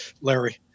larry